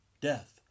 Death